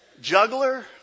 juggler